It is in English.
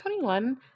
21